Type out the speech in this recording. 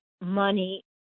money